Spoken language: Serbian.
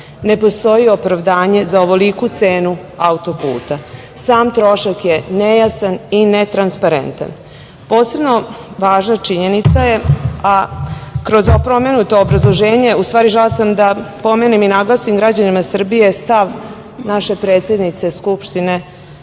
Ne postoji opravdanje za ovoliku cenu auto-puta. Sam trošak je nejasan i netransparentan. Posebno važna činjenica je, a kroz pomenuto obrazloženje želela sam da pomenem i naglasim građanima Srbije stav naše predsednice Skupštine Ane